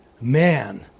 man